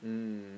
mm